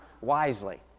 wisely